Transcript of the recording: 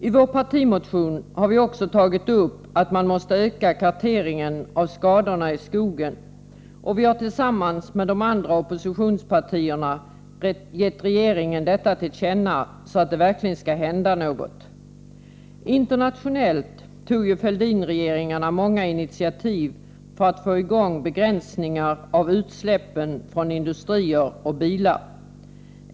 I vår partimotion har vi också framhållit att man måste öka karteringen av skadorna i skogen, och vi har tillsammans med de andra oppositionspartierna yrkat att riksdagen skall ge regeringen detta till känna, så att det verkligen händer något. Internationellt tog Fälldinregeringarna många initiativ för att få i gång begränsningar av utsläppen från industrier och bilar.